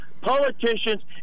politicians